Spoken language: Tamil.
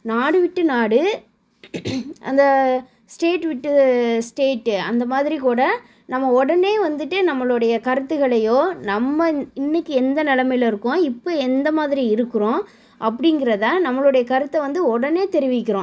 நாடு விட்டு நாடு அந்த ஸ்டேட்டு விட்டு ஸ்டேட்டு அந்த மாதிரி கூட நம்ம உடனே வந்துட்டு நம்மளோடைய கருத்துகளையோ நம்ம இன்றைக்கி எந்த நிலமைல இருக்கோம் இப்போ எந்த மாதிரி இருக்கிறோம் அப்படிங்குறத நம்மளோடைய கருத்தை வந்து உடனே தெரிவிக்கின்றோம்